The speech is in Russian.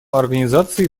организации